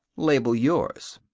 label yours.